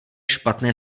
špatné